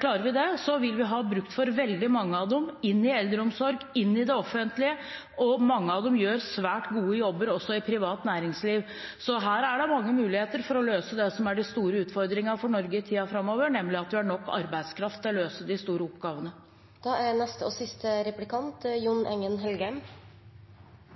klarer vi det, vil vi ha bruk for veldig mange av dem i eldreomsorgen, i det offentlige. Mange av dem gjør en svært god jobb også i privat næringsliv. Så her er det mange muligheter for å løse det som er den store utfordringen for Norge i tiden framover, nemlig at vi har nok arbeidskraft til å løse de store oppgavene. Jeg synes det var ganske tydelig å lese fra forrige replikkrunde at det nettopp er aktivister og